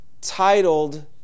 titled